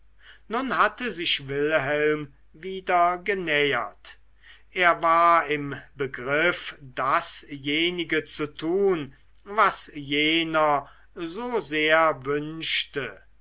nun hatte sich wilhelm wieder genähert er war im begriff dasjenige zu tun was jener so sehr wünschte